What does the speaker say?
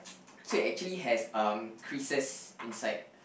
so it actually has um creases inside